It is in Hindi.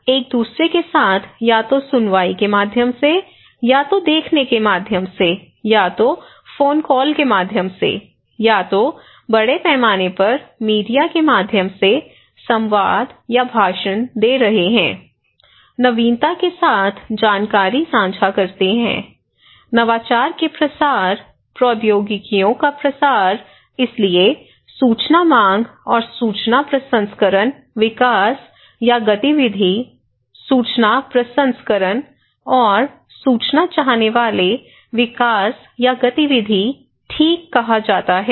लोग एक दूसरे के साथ या तो सुनवाई के माध्यम से या तो देखने के माध्यम से या तो फोन कॉल के माध्यम से या तो बड़े पैमाने पर मीडिया के माध्यम से संवाद या भाषण दे रहे हैं नवीनता के साथ जानकारी साझा करते हैं नवाचार के प्रसार प्रौद्योगिकियों का प्रसार इसलिए सूचना मांग और सूचना प्रसंस्करण विकास या गतिविधि सूचना प्रसंस्करण और सूचना चाहने वाले विकास या गतिविधि ठीक कहा जाता है